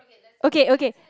okay okay